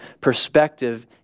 perspective